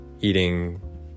eating